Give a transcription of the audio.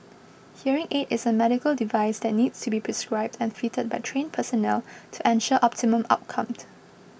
hearing aid is a medical device that needs to be prescribed and fitted by trained personnel to ensure optimum outcome